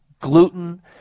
Gluten